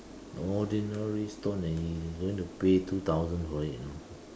ordinary stone and he's gonna pay two thousand for it you know